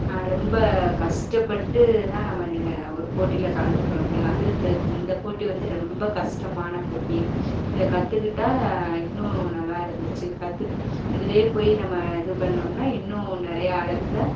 ரொம்ப கஷ்டப்பட்டு தான் நம்ம நெ ஒரு போட்டியில் கலந்துக்கொள்ளமுடியும் அதுவும் இந்த இந்த போட்டி வந்து ரொம்ப கஷ்டமான போட்டி இதை கற்றுக்கிட்டா இன்னும் நல்லா இருந்துச்சு கற்றுக் இதுலேயே போய் நம்ம இது பண்ணோம்ன்னால் இன்னும் நிறையா இடத்துல